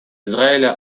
израиля